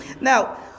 Now